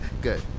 Good